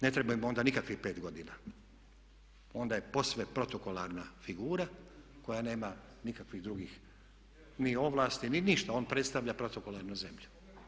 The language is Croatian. Ne treba im onda nikakvih 5 godina, onda je posve protokolarna figura koja nema nikakvih drugih ni ovlasti ni ništa, on predstavlja protokolarnu zemlju.